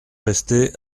rester